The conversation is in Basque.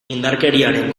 indarkeriaren